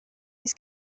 oes